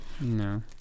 No